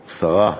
השרה,